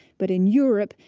but in europe,